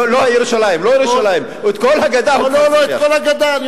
לא ירושלים, את כל הגדה הוא מספח, לא את כל הגדה.